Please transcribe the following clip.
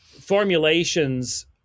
formulations